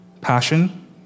passion